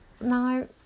no